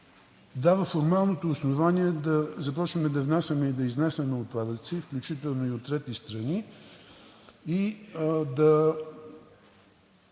дава формалното основание да започнем да внасяме и да изнасяме отпадъци, включително и от трети страни, и да